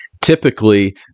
typically